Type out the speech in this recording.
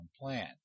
plan